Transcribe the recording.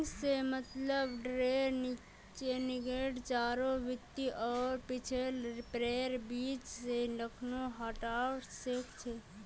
crutching से मतलब भेडेर नेंगड चारों भीति आर पिछला पैरैर बीच से ऊनक हटवा से छ